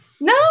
No